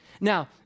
Now